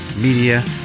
media